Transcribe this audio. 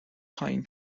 پایین